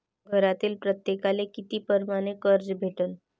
घरातील प्रत्येकाले किती परमाने कर्ज भेटन?